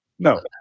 No